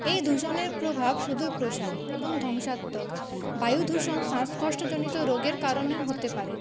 এই দূষণের প্রভাব সুদূরপ্রসারী এবং ধ্বংসাত্মক বায়ুদূষণ শ্বাসকষ্টজনিত রোগের কারণে হতে পারে